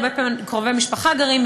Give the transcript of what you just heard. הרבה פעמים קרובי משפחה גרים.